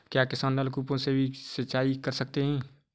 क्या किसान नल कूपों से भी सिंचाई कर सकते हैं?